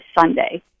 Sunday